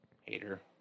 Hater